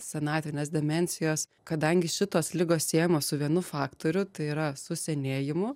senatvinės demencijos kadangi šitos ligos siejamos su vienu faktoriu tai yra su senėjimu